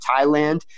Thailand